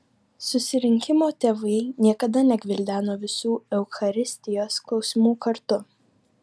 susirinkimo tėvai niekada negvildeno visų eucharistijos klausimų kartu